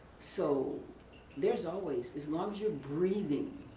so there's always, as long as you're breathing,